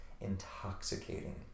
intoxicating